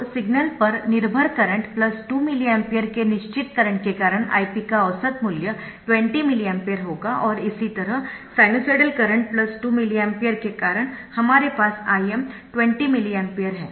तो सिग्नल पर निर्भर करंट 2 मिली एम्पीयर के निश्चित करंट के कारण Ip का औसत मूल्य 20 मिली एम्पीयर होगा और इसी तरह साइनसॉइडल करंट 2 मिली एम्पीयर के कारण हमारे पास Im 20 मिली एम्पीयर है